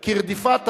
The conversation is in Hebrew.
כי רדיפת היהודים,